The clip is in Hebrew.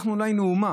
אנחנו לא היינו אומה,